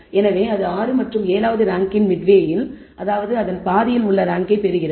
எனவே அது 6 மற்றும் 7 வது ரேங்க் இன் மிட்வேயில் அதாவது அதன் பாதியில் உள்ள ரேங்க்கை பெறுகின்றது